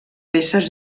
peces